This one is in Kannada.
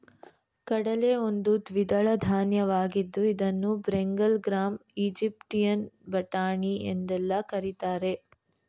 ಕಡಲೆ ಒಂದು ದ್ವಿದಳ ಧಾನ್ಯವಾಗಿದ್ದು ಇದನ್ನು ಬೆಂಗಲ್ ಗ್ರಾಂ, ಈಜಿಪ್ಟಿಯನ್ ಬಟಾಣಿ ಎಂದೆಲ್ಲಾ ಕರಿತಾರೆ